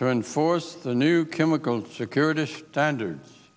to enforce the new chemical security standards